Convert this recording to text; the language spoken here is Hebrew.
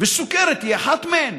וסוכרת היא אחד מהם